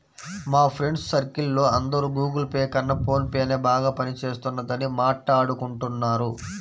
మా friends circle లో అందరూ గుగుల్ పే కన్నా ఫోన్ పేనే బాగా పని చేస్తున్నదని మాట్టాడుకుంటున్నారు